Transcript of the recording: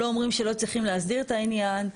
לא אומרים שלא צריכים להסדיר את העניין,